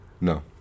No